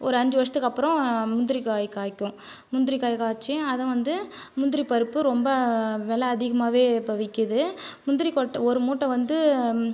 ஒரு அஞ்சு வருடத்துக்கப்புறம் முந்திரி காய் காய்க்கும் முந்திரி காய் காய்த்து அதை வந்து முந்திரிப் பருப்பு ரொம்ப விலை அதிகமாவே இப்போ விற்கிது முந்திரிக் கொட்டை ஒரு மூட்டை வந்து